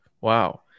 Wow